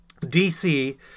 DC